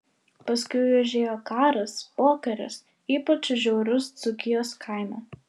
paskui užėjo karas pokaris ypač žiaurūs dzūkijos kaime